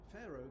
Pharaoh